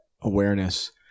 awareness